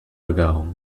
ago